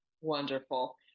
Wonderful